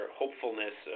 hopefulness